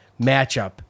matchup